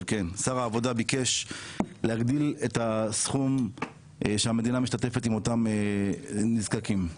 העבודה ביקש להגדיל את הסכום שהמדינה משתתפת עם אותם נזקקים.